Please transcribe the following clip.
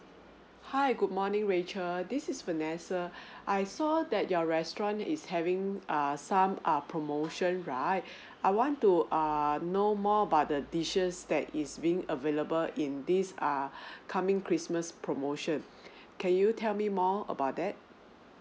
hi good morning rachel this is vanessa I saw that your restaurant is having err some err promotion right I want to err know more about the dishes that is being available in this err coming christmas promotion can you tell me more about that